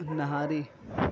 nihari